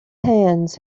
hands